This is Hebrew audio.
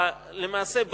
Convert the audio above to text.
למעשה,